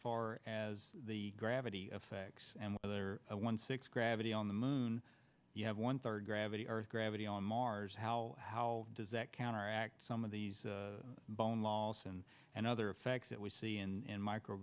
far as the gravity affects and the other one six gravity on the moon you have one third gravity earth gravity on mars how how does that counteract some of these bone loss and and other effects that we see in